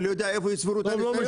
אני לא יודע איפה יצברו את הניסיון,